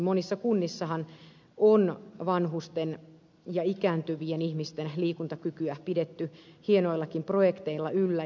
monissa kunnissahan on vanhusten ja ikääntyvien ihmisten liikuntakykyä pidetty hienoillakin projekteilla yllä